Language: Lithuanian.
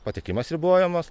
patekimas ribojamas